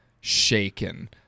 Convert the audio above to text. shaken